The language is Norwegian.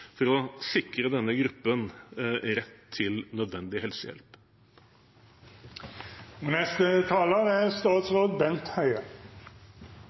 for å sikre denne gruppen rett til nødvendig helsehjelp.